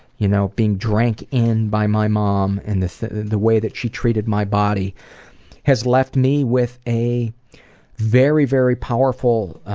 you know being drank in by my mom and the the way that she treated my body has left me with a very very powerful